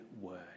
word